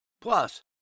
Plus